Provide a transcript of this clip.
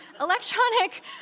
Electronic